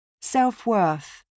self-worth